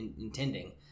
intending